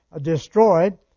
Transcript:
destroyed